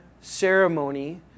ceremony